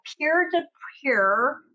peer-to-peer